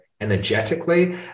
energetically